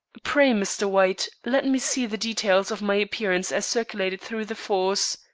pray, mr. white, let me see the details of my appearance as circulated through the force.